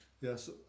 Yes